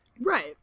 Right